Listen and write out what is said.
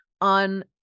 on